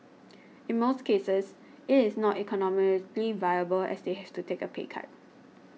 in most cases it is not economically viable as they have to take a pay cut